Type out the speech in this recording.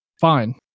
fine